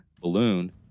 balloon